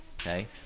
Okay